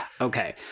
Okay